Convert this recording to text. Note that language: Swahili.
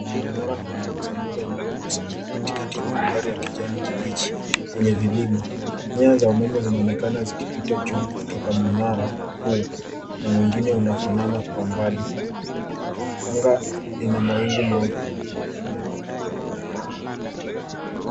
Mnara mrefu wa kusambaza umeme umesimama katikati ya mandhari ya kijani kibichi yenye vilima. Nyaya za umeme zinaonekana zikipita juu kutoka mnara huu na mwingine unaofanana kwa umbali. Anga lina mawingu meupe.